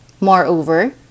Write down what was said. Moreover